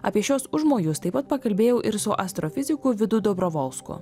apie šiuos užmojus taip pat pakalbėjau ir su astrofiziku vidu dobrovolsku